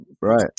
right